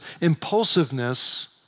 impulsiveness